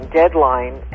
deadline